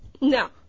No